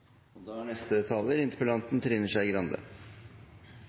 sykehusene. Da er neste taler Trine Skei Grande